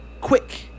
quick